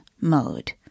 mode